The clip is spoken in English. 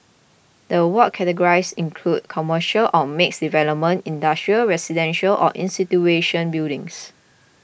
the award categories include commercial or mixed development industrial residential and institutional buildings